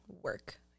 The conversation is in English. work